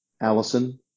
Allison